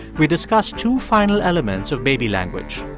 we discuss two final elements of baby language.